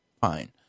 fine